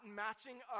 matching